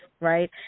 right